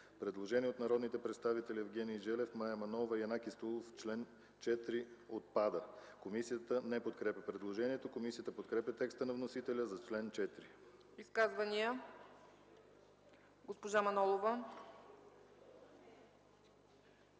Предложение от народните представители Евгений Желев, Мая Манолова и Янаки Стоилов – чл. 4 отпада. Комисията не подкрепя предложението. Комисията подкрепя текста на вносителя за чл. 4. ПРЕДСЕДАТЕЛ ЦЕЦКА ЦАЧЕВА: